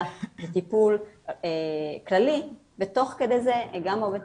אלא זה טיפול כללי ותוך כדי זה גם עובד